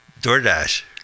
DoorDash